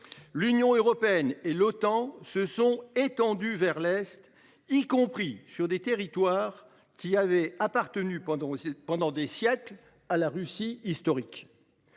L'Union européenne et l'OTAN se sont étendues vers l'Est y compris sur des territoires qui avait appartenu pendant, pendant des siècles à la Russie historique.